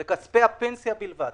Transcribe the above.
זה כספי הפנסיה בלבד.